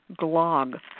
glog